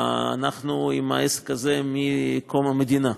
אנחנו עם העסק הזה מקום המדינה,